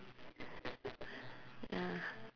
ya